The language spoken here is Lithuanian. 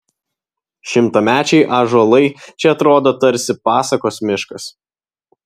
šimtamečiai ąžuolai čia atrodo tarsi pasakos miškas